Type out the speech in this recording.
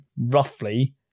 roughly